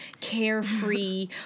carefree